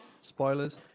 spoilers